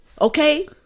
Okay